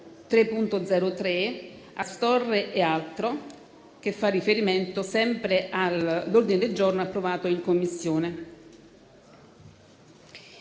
del giorno G1.303, che fa riferimento sempre all'ordine del giorno approvato in Commissione.